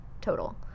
total